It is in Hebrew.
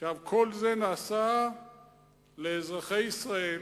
כל זה נעשה לאזרחי ישראל.